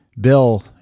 Bill